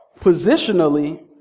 positionally